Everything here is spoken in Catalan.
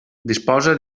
disposa